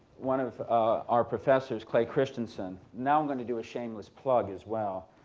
one of our professors, clay christensen. now i'm going to do a shameless plug as well.